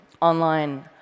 online